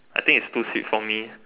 I think it's too sweet for me